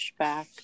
pushback